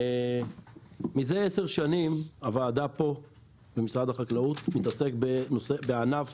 מזה עשר שנים הוועדה פה במשרד החקלאות מתעסקת בענף